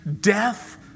Death